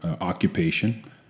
occupation